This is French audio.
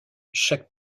chaque